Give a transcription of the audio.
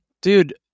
dude